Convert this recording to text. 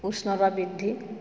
উষ্ণতা বৃদ্ধি